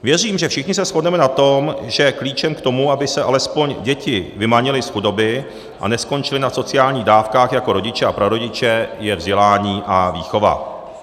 Věřím, že všichni se shodneme na tom, že klíčem k tomu, aby se alespoň děti vymanily z chudoby a neskončily na sociálních dávkách jako rodiče a prarodiče, je vzdělání a výchova.